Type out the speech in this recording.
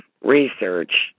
research